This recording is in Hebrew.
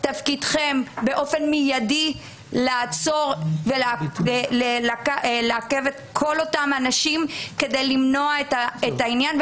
תפקידכם באופן מידי לעצור ולעכב את כל אותם אנשים כדי למנוע את העניין,